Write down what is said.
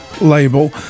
label